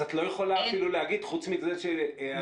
אז את לא יכולה אפילו להגיד חוץ מזה שאנשים